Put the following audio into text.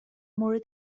مورد